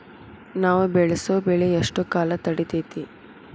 ನಾವು ಬೆಳಸೋ ಬೆಳಿ ಎಷ್ಟು ಕಾಲ ತಡೇತೇತಿ?